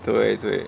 对对